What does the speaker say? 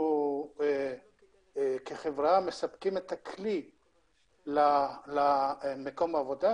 אנחנו כחברה מספקים את הכלי למקום העבודה,